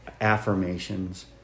affirmations